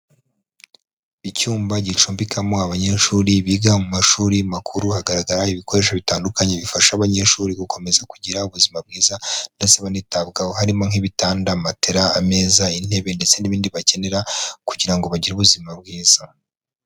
Icyumba gicumbikamo abanyeshuri biga mu mashuri makuru, hagaragara ibikoresho bitandukanye bifasha abanyeshuri gukomeza kugira ubuzima bwiza, ndetse banitabwaho harimo nk'ibitanda, matela, ameza, intebe, ndetse n'ibindi bakenera kugira ngo bagire ubuzima bwiza.